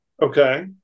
Okay